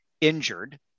injured